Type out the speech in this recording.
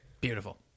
Beautiful